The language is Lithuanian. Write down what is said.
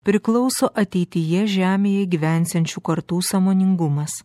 priklauso ateityje žemėje gyvensiančių kartų sąmoningumas